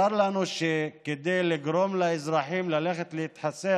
צר לנו שכדי לגרום לאזרחים ללכת להתחסן